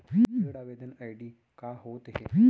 ऋण आवेदन आई.डी का होत हे?